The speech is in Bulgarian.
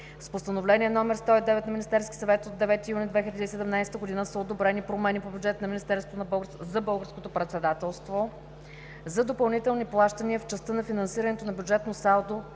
С Постановление № 109 на Министерския съвет от 9 юни 2017 г. са одобрени промените по бюджета на Министерството за Българското за допълнителни плащания в частта на финансирането на бюджетното салдо